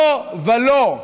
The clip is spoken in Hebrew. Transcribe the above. לא ולא.